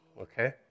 Okay